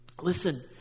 Listen